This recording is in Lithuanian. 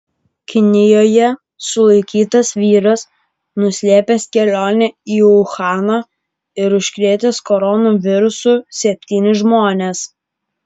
kinijoje sulaikytas vyras nuslėpęs kelionę į uhaną ir užkrėtęs koronavirusu septynis žmones